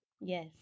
Yes